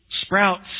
sprouts